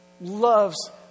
loves